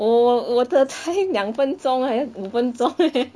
我我我的才两分钟 eh 五分钟 eh